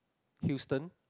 Hilston